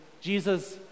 Jesus